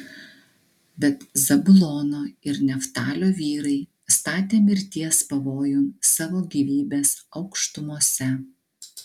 bet zabulono ir neftalio vyrai statė mirties pavojun savo gyvybes aukštumose